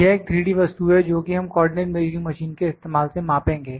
यह एक 3D वस्तु है जो कि हम कोऑर्डिनेट मेजरिंग मशीन के इस्तेमाल से मापेंगे